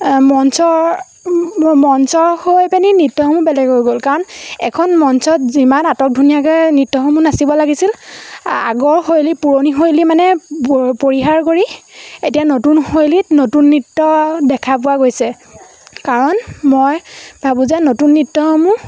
মঞ্চৰ মঞ্চ হৈ পেনি নৃত্যসমূহ বেলেগ হৈ গ'ল কাৰণ এখন মঞ্চত যিমান আটক ধুনীয়াকৈ নৃত্যসমূহ নাচিব লাগিছিল আগৰ শৈলী পুৰণি শৈলী মানে পৰিহাৰ কৰি এতিয়া নতুন শৈলীত নতুন নৃত্য দেখা পোৱা গৈছে কাৰণ মই ভাবোঁ যে নতুন নৃত্যসমূহ